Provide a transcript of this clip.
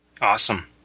Awesome